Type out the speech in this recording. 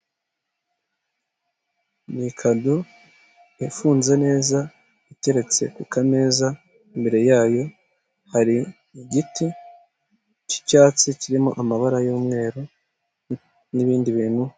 Ni kado ifunze neza, iteretse ku kameza imbere yayo hari igiti cy'icyatsi kirimo amabara y'umweru n'ibindi bintu.